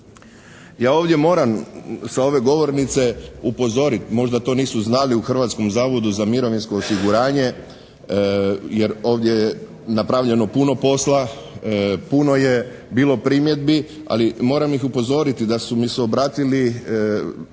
Ja ovdje moram sa ove govornice upozoriti, možda to nisu znali u Hrvatskom zavodu za mirovinsko osiguranje, jer ovdje je napravljeno puno posla, puno je bilo primjedbi, ali moram ih upozoriti da su mi se obratili